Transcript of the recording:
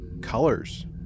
colors